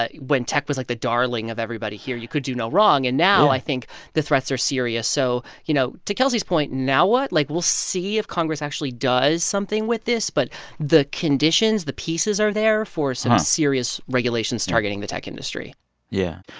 ah when tech was, like, the darling of everybody here. you could do no wrong. and now i think the threats are serious. so, you know, to kelsey's point now what? like, we'll see if congress actually does something with this. but the conditions, the pieces are there for some serious regulations targeting the tech industry yeah.